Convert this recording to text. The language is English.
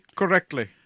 correctly